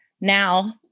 now